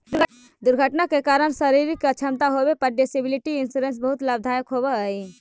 दुर्घटना के कारण शारीरिक अक्षमता उत्पन्न होवे पर डिसेबिलिटी इंश्योरेंस बहुत लाभदायक होवऽ हई